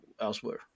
elsewhere